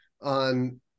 on